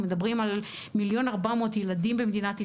אנחנו מדברים על 1.4 מיליון ילדים במדינת ישראל,